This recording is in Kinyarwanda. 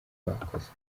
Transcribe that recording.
bakoze